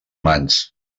mans